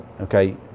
okay